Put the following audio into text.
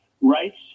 rights